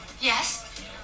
Yes